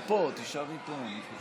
שיעור מס מופחת על מוצרי מזון בסיסיים),